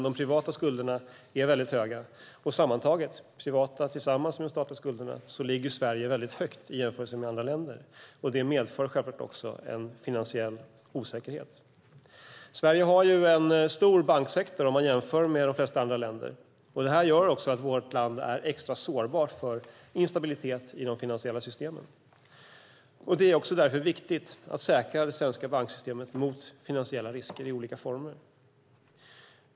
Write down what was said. De privata skulderna är väldigt höga. När det gäller privata skulder tillsammans med statliga ligger Sverige väldigt högt i jämförelse med andra länder. Det medför en finansiell osäkerhet. Sverige har en stor banksektor jämfört med de flesta andra länder. Det gör att vårt land är extra sårbart för instabilitet i de finansiella systemen. Därför är det viktigt att säkra det svenska banksystemet mot finansiella risker i olika former.